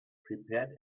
prepared